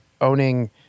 owning